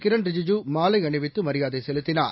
கிரண் ரிஜிஜ்ட மாலை அணிவித்து மரியாதை செலுத்தினார்